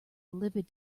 livid